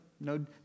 No